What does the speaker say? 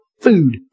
Food